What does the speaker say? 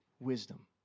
wisdom